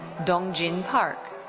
dongjin park.